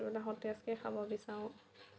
বস্তু এটা সতেজকে খাব বিচাৰোঁ